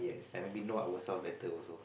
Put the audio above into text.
and maybe know ourselves better also